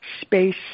space